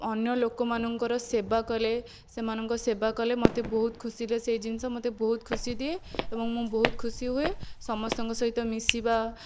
ଅନ୍ୟ ଲୋକମାନଙ୍କର ସେବା କଲେ ସେମାନଙ୍କ ସେବା କଲେ ମୋତେ ବହୁତ ଖୁସି ଦିଏ ସେ ଜିନିଷ ମତେ ବହୁତ ଖୁସି ଦିଏ ଏବଂ ମୁଁ ବହୁତ ଖୁସି ହୁଏ ସମସ୍ତଙ୍କ ସହିତ ମିଶିବା